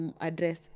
address